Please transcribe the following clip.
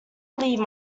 leave